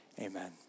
Amen